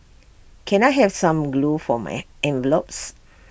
can I have some glue for my envelopes